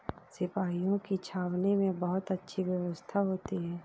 सिपाहियों की छावनी में बहुत अच्छी व्यवस्था होती है